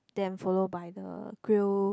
then follow by the grill